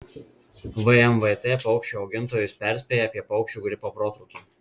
vmvt paukščių augintojus perspėja apie paukščių gripo protrūkį